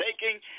taking